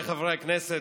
חבריי חברי הכנסת,